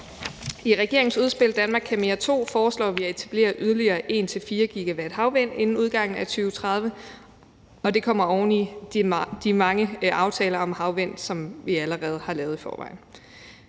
I regeringens udspil »Danmark kan mere II« foreslår vi at etablere yderligere 1-4 GW havvind inden udgangen af 2030, og det kommer oven i de mange aftaler om havvind, som vi allerede har lavet. Derudover